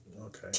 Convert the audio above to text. Okay